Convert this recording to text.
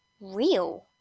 real